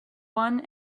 one